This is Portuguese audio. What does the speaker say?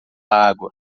água